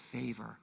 favor